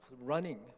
running